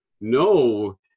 no